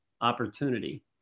opportunity